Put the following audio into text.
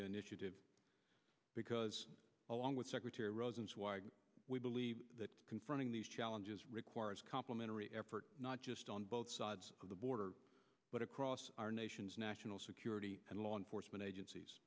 t initiative because along with secretary rosenzweig we believe that confronting these challenges requires a complimentary effort not just on both sides of the border but across our nation's national security and law enforcement agencies